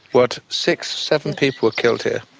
what, six, seven people were killed here?